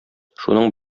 шуның